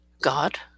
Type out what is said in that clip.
God